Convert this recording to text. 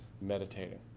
meditating